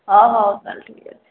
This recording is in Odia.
ହଁ ହେଉ ତା'ହେଲେ ଠିକ୍ ଅଛି